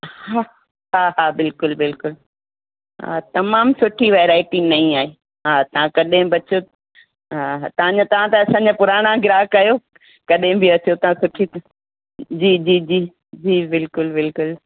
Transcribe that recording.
हा हा हा बिल्कुलु बिल्कुलु हा तमामु सुठी वैराइटी नईं आहे हा तव्हां कॾहिं बि अचो हा हा तव्हां तव्हां त असांजा पुराणा ग्राहक आहियो कॾहिं बि अचो तव्हां सुठी जी जी जी जी बिल्कुलु बिल्कुलु